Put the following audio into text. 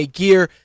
gear